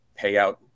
payout